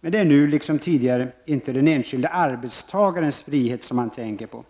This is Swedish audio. men det är nu liksom tidigare inte den enskilde arbetstagarens frihet som man tänker på.